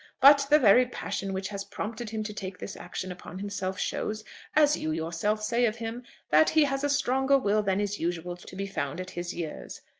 but the very passion which has prompted him to take this action upon himself shows as you yourself say of him that he has a stronger will than is usual to be found at his years.